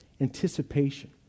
anticipation